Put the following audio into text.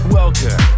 welcome